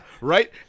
Right